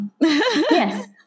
Yes